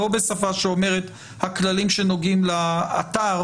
לא בשפה שאומרת שהכללים שנוגעים לאתר